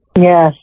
yes